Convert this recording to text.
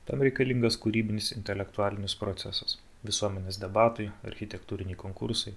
tam reikalingas kūrybinis intelektualinis procesas visuomenės debatai architektūriniai konkursai